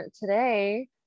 today